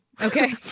Okay